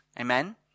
Amen